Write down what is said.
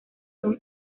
son